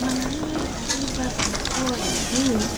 Mwanamme aliyevaa barakoa ya bluu